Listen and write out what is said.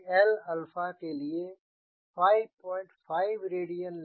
CL के लिए 55 radian लें